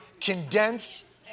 condense